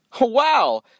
Wow